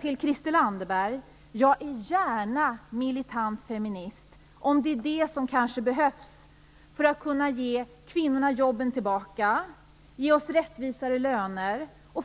Till Christel Anderberg vill jag säga att jag gärna är militant feminist, om det är vad som behövs för att ge kvinnorna jobben tillbaka, ge oss rättvisare löner och